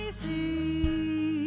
see